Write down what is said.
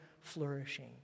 flourishing